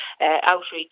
outreach